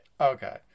Okay